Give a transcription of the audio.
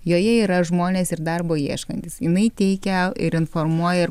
joje yra žmonės ir darbo ieškantys jinai teikia ir informuoja ir